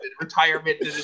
retirement